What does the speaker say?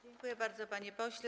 Dziękuję bardzo, panie pośle.